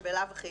שבלאו הכי